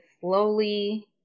slowly